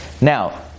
Now